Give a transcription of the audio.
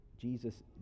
Jesus